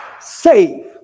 save